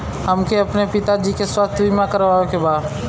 हमके अपने पिता जी के स्वास्थ्य बीमा करवावे के बा?